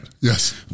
Yes